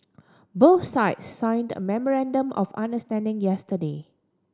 both sides signed a memorandum of understanding yesterday